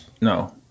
no